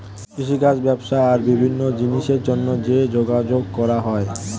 কৃষিকাজ, ব্যবসা আর বিভিন্ন জিনিসের জন্যে যে যোগাযোগ করা হয়